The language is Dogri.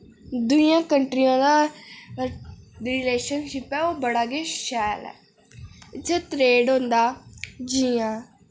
दूइयां कंट्रियां दा रिलेशनशिप ऐ ओह् बड़ा गै शैल ऐ जे ट्रेड होंदा जि'यां